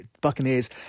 Buccaneers